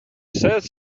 says